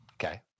Okay